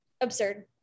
absurd